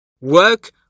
Work